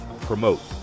promote